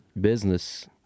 business